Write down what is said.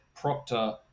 proctor